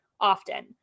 often